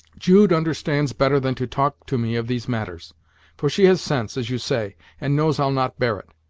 jude understands better than to talk to me of these matters for she has sense, as you say, and knows i'll not bear it.